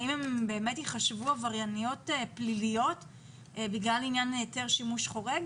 האם הן באמת ייחשבו עברייניות פליליות בגלל עניין היתר שימוש חורג?